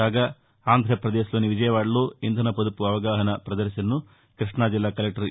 కాగా ఆంధ్రప్రదేశ్లోని విజయవాడలో ఇంధన పొదుపు అవగాహన పదర్శనను కృష్ణాజిల్లా కలెక్టర్ ఎ